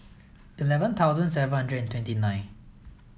eleven thousand seven hundred and twenty nine